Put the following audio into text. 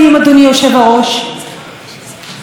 שנדקרה על ידי הגרוש שלה,